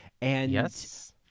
Yes